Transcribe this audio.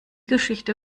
geschichte